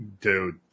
dude